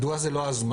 מדוע זה לא הזמן?